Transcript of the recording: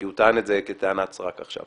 כי הוא טען את זה כטענת סרק עכשיו,